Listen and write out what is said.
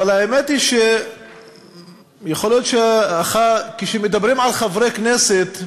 אבל האמת היא שיכול להיות שכשמדברים על חברי כנסת,